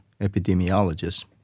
epidemiologist